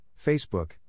Facebook